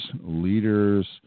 leaders